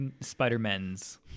Spider-Men's